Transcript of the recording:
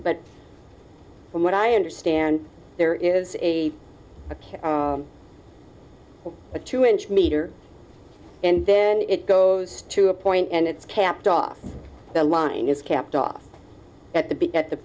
but from what i understand there is a a two inch meter and then it goes to a point and it's capped off the line is capped off at the